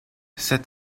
cette